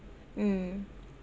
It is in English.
mm